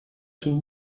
two